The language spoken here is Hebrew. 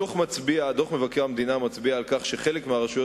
דוח מבקר המדינה מצביע על כך שחלק מהרשויות